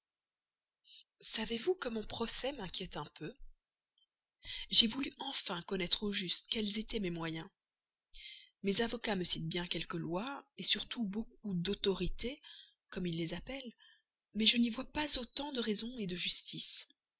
savez-vous que mon procès m'inquiète un peu j'ai voulu connaître enfin au juste quels étaient mes moyens mes avocats me citent bien quelques lois surtout beaucoup d'autorités comme ils les appellent mais je n'y vois pas autant de raison de justice